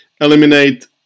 eliminate